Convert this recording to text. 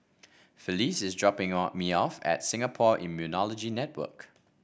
Felice is dropping or me off at Singapore Immunology Network